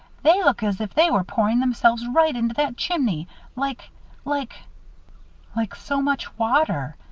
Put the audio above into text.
they look as if they were pouring themselves right into that chimney like like like so much water.